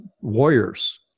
warriors